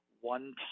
one